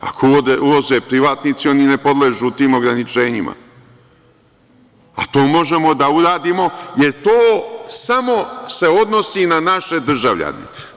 Ako uvoze privatnici, oni ne podležu tim ograničenjima, a to možemo da uradimo, jer se to samo odnosi na naše državljane.